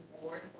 board